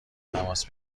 تماس